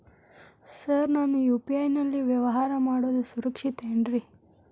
Sir ನಾನು UPI ನಲ್ಲಿ ವ್ಯವಹಾರ ಮಾಡೋದು ಸುರಕ್ಷಿತ ಏನ್ರಿ?